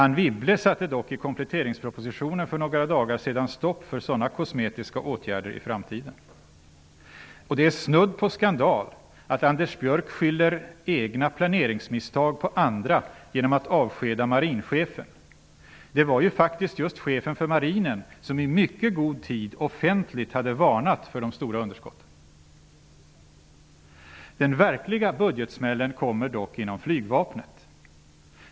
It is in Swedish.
Anne Wibble satte dock i kompletteringspropositionen för några dagar sedan stopp för sådana kosmetiska åtgärder i framtiden. Det är snudd på skandal att Anders Björck skyller egna planeringsmisstag på andra genom att avskeda marinchefen. Det var ju faktiskt just chefen för marinen som i mycket god tid offentligt hade varnat för de stora underskotten. Den verkliga budgetsmällen kommer dock inom flygvapnet.